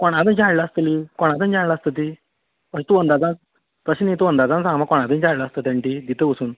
कोणा थंयच्यान हाडलां आसतली कोणा थंयच्यान हाडलां आसतली ती हय तूं अदांजान तशें न्ही तूं अदांजान सांग म्हाका कोणा थंयच्यान हाडलां आसतलें तेणें ती दिता वचून